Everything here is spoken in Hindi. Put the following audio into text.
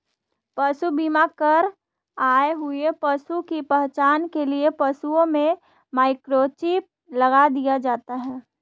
पशु बीमा कर आए हुए पशु की पहचान के लिए पशुओं में माइक्रोचिप लगा दिया जाता है